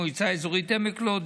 מועצה אזורית עמק לוד,